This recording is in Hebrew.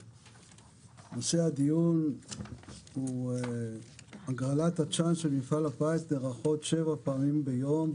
נושא הדיון הוא הגרלת הצ'אנס של מפעל הפיס שנערכות שבע פעמים ביום,